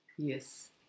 Yes